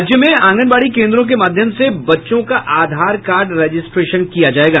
राज्य में आंगनबाड़ी केन्द्रों के माध्यम से बच्चों का आधार कार्ड रजिस्ट्रेशन किया जायेगा